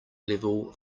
level